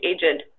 Agent